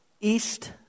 east